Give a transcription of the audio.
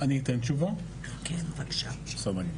ברור שיש.